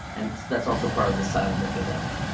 and that's also part of the silent epidemic.